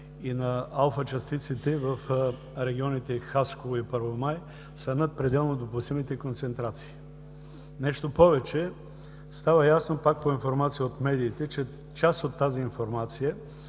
и на алфа частиците в регионите Хасково и Първомай са над пределно допустимите концентрации. Нещо повече – става ясно, пак по информация от медиите, че част от тази информация